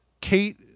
Kate